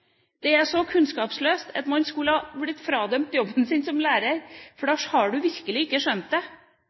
Det er så kunnskapsløst at man skulle ha blitt fradømt jobben sin som lærer, for da har man virkelig ikke skjønt det.